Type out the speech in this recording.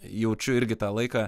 jaučiu irgi tą laiką